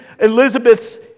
Elizabeth's